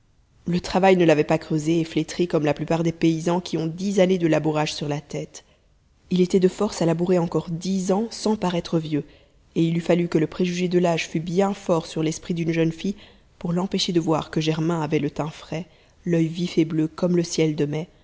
le travail ne l'avait pas creusé et flétri comme la plupart des paysans qui ont dix années de labourage sur la tête il était de force à labourer encore dix ans sans paraître vieux et il eût fallu que le préjugé de l'âge fût bien fort sur l'esprit d'une jeune fille pour l'empêcher de voir que germain avait le teint frais l'il vif et bleu comme le ciel de mai